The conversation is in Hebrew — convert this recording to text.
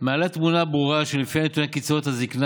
מעלה תמונה ברורה שלפיה נתוני קצבאות הזקנה